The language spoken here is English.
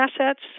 assets